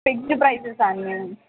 fixed ప్రైసెసా అండి